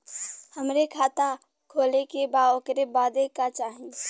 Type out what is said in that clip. हमके खाता खोले के बा ओकरे बादे का चाही?